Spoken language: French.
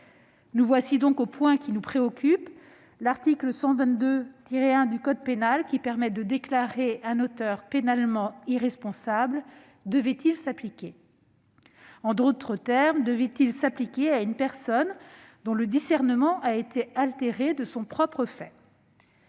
Nous voici donc au point qui nous préoccupe. L'article 122-1 du code pénal, qui permet de déclarer un auteur pénalement irresponsable, devait-il s'appliquer à une personne dont le discernement a été altéré de son propre fait ?